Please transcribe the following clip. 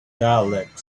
dialect